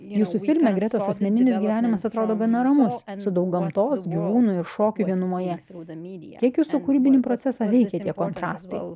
jūsų filme gretos asmeninis gyvenimas atrodo gana ramus su daug gamtos gyvūnų ir šokių vienumoje kiek jūsų kūrybinį procesą veikia tie kontrastai